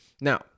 Now